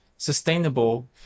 sustainable